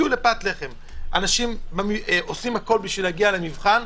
אנשים עושים הכול בשביל להגיע למבחן,